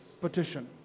petition